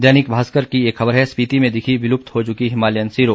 दैनिक भास्कर की एक खबर है स्पिति में दिखी विलुप्त हो चुकी हिमालयन सिरो